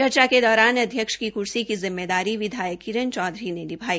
चर्चा के दौरान अध्यक्ष की कूर्सी की जिम्मेदारी विधायक किरण चौधरी ने निभाई